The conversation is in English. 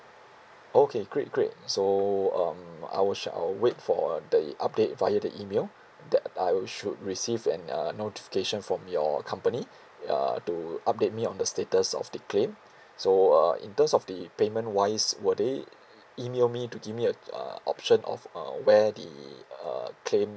okay great great so um I will sh~ I'll wait for the update via the email that I should receive an uh notification from your company uh to update me on the status of the claim so uh in terms of the payment wise will they email me to give me a uh option of uh where the uh claim